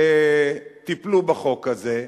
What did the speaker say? שטיפלו בחוק הזה,